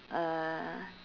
uh